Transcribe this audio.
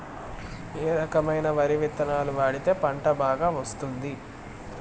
ఏ రకమైన వరి విత్తనాలు వాడితే పంట బాగా వస్తుంది?